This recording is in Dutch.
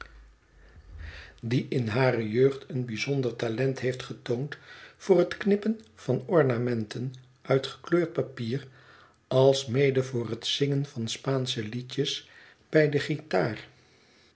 die in een bijzonder talent heeft getoond voor het knippen van ornamenten uit gekleurd papier alsmede voor het zingen van spaansche liedjes bij de guitaar